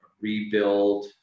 rebuild